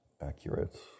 accurate